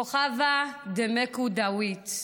כוכבה דמקו דוויט.